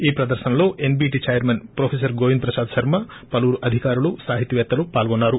ఈ పదర్ఫనలో NBT chairman professor Govind Prasad Sharma పలువురు అధికారులు సాహితీపేత్తలు పాల్గొన్నారు